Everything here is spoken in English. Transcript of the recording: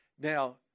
Now